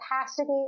capacity